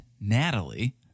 Natalie